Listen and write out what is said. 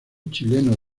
chileno